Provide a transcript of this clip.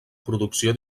producció